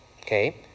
okay